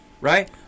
right